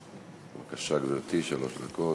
בבקשה, גברתי, שלוש דקות.